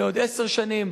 עוד עשר שנים,